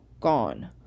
gone